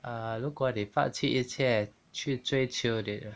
err 如果你放弃一切去追求的